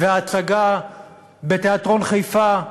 והצגה בתיאטרון חיפה,